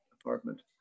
apartment